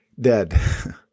Dead